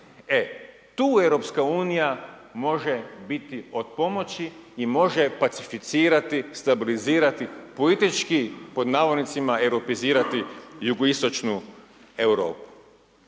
E, tu EU može biti od pomoći i može pacificirati, stabilizirati, politički, pod navodnicima, europeizirati jugoistočnu Europu